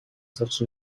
search